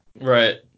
Right